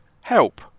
help